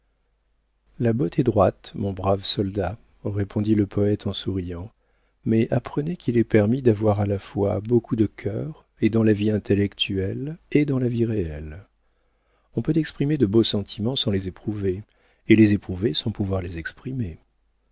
la botte est droite mon brave soldat répondit le poëte en souriant mais apprenez qu'il est permis d'avoir à la fois beaucoup de cœur et dans la vie intellectuelle et dans la vie réelle on peut exprimer de beaux sentiments sans les éprouver et les éprouver sans pouvoir les exprimer